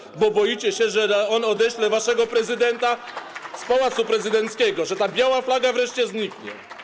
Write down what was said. Ha, ha, ha! ...bo boicie się, że on odeśle waszego prezydenta z Pałacu Prezydenckiego, że ta biała flaga wreszcie zniknie.